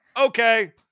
okay